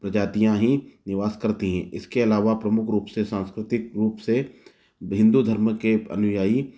प्रजातियाँ ही निवास करती हैं इसके अलवा प्रमुख रूप से संस्कृतिक रूप से हिन्दू धर्म के अनुयायी